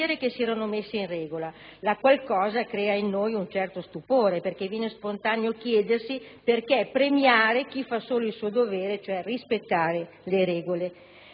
la qual cosa crea in noi un certo stupore, perché viene spontaneo chiedersi perché premiare chi fa solo il suo dovere, cioè rispettare le regole.